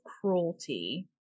cruelty